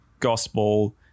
gospel